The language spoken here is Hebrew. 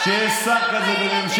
יש לך ילדים.